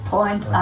point